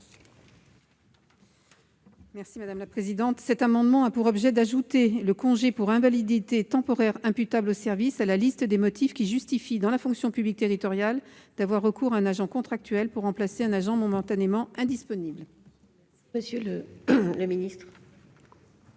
n° 138 rectifié . Cet amendement a pour objet d'ajouter le congé pour invalidité temporaire imputable au service à la liste des motifs qui justifient, dans la fonction publique territoriale, d'avoir recours à un agent contractuel pour remplacer un agent momentanément indisponible. S'agissant